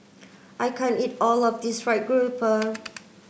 I can't eat all of this fried grouper